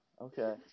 okay